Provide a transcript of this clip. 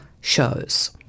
shows